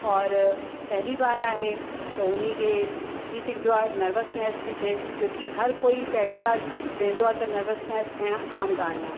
और पहली बार आहे त उन्हीअ खे थी सघंदो आहे नर्वसनैस बि थियेसि क्यूंकि हर कोई पहली बार विहंदो आहे त नर्वसनैस थियणु आम ॻाल्हि आहे